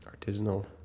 artisanal